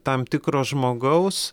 tam tikro žmogaus